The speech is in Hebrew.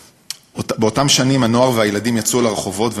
באותן שנים הנוער והילדים יצאו לרחובות,